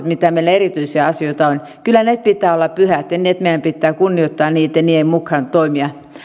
mitä meillä erityisiä asioita on kyllä pitää olla pyhiä ja meidän pitää kunnioittaa niitä ja niiden mukaan toimia